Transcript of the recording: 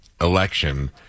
election